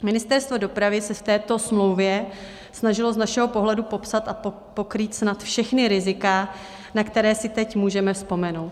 Ministerstvo dopravy se v této smlouvě snažilo z našeho pohledu popsat a pokrýt snad všechna rizika, na která si teď můžeme vzpomenout.